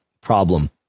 problem